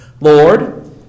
Lord